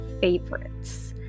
favorites